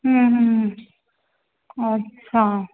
अच्छा